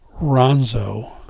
Ronzo